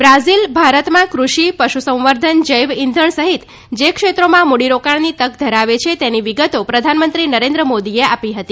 Brazil ભારતમાં કૃષિ પશુસંવર્ધન જૈવ ઇંઘણ સહિત જે ક્ષેત્રોમાં મૂડીરોકાણની તક ધરાવે છે તેની વિગતો પ્રધાનમંત્રી નરેન્દ્ર મોદીએ આપી હતી